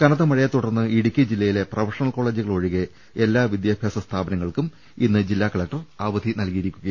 കനത്ത മഴയെത്തുടർന്ന് ഇടുക്കി ജില്ലയിലെ പ്രൊഫ ഷണൽ കോളേജുകൾ ഒഴികെ എല്ലാ വിദ്യാഭ്യാസ സ്ഥാപ നങ്ങൾക്കും ഇന്ന് ജില്ലാ കലക്ടർ അവധി പ്രഖ്യാപിച്ചു